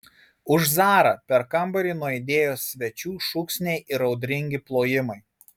už zarą per kambarį nuaidėjo svečių šūksniai ir audringi plojimai